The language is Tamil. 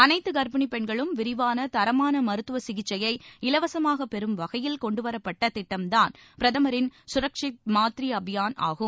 அனைத்து கர்ப்பிணி பெண்களும் விரிவான தரமான மருத்துவ சிகிச்சையை இலவசமாகப் பெறும் வகையில் கொண்டு வரப்பட்ட திட்டம்தான் பிரதமரின் கரக்ஷித் மாத்ரிய அபியான் ஆகும்